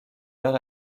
leur